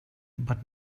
but